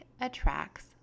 attracts